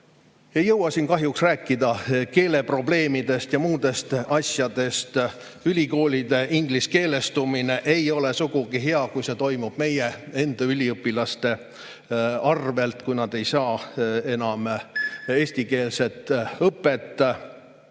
jõua siin kahjuks rääkida keeleprobleemidest ja muudest asjadest. Ülikoolide ingliskeelestumine ei ole sugugi hea, kui see toimub meie enda üliõpilaste arvelt, kui nad ei saa enam eestikeelset õpet.